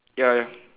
ya ya